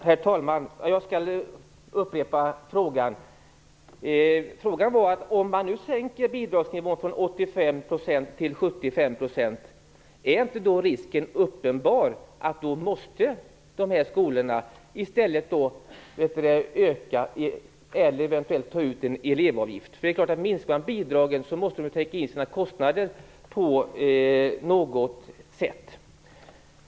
Herr talman! Jag skall upprepa frågan. Om man nu sänker bidragsnivån från 85 till 75 % är inte då risken uppenbar att dessa skolor i stället måste ta ut eller öka en elevavgift? De måste ju täcka in sina kostnader på något sätt.